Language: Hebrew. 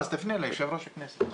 אז תפנה ליושב ראש הכנסת.